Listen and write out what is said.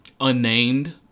unnamed